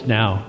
now